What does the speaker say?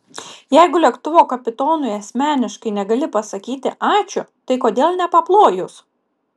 jeigu lėktuvo kapitonui asmeniškai negali pasakyti ačiū tai kodėl nepaplojus